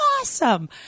awesome